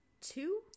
Two